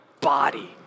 body